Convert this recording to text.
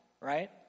right